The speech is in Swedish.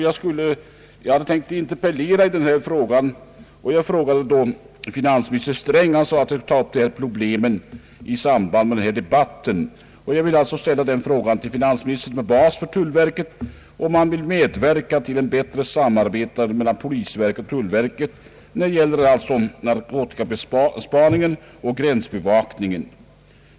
Jag hade tänkt interpellera i denna fråga och vände mig till finansminister Sträng. Han rådde mig att ta upp problemet i denna debatt. Därför vill jag fråga finansministern som ansvarig för tullverket, om han vill medverka till ett bättre samarbete mellan polisen och tullverket när det gäller narkotikaspaningen och gränsbevakningen.